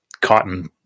cotton